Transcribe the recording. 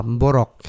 borok